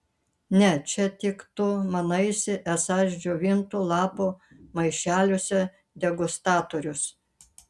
ne čia tik tu manaisi esąs džiovintų lapų maišeliuose degustatorius